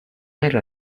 era